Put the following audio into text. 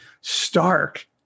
stark